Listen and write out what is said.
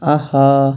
اَہا